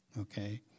okay